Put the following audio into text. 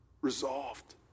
Resolved